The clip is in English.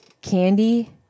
candy